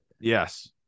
Yes